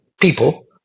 people